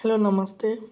hello Namaste